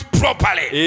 properly